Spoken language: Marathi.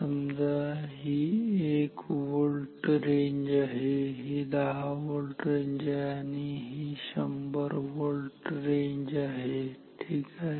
समजा ही 1 व्होल्ट रेंज आहे ही 10 व्होल्ट रेंज आहे आणि ही 100 व्होल्ट रेंज आहे ठीक आहे